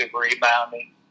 rebounding